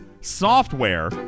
software